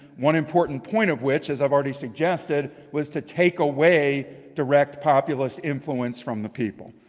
one important point of which, as i've already suggested, was to take away direct populist influence from the people.